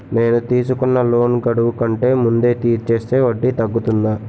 నేను తీసుకున్న లోన్ గడువు కంటే ముందే తీర్చేస్తే వడ్డీ తగ్గుతుందా?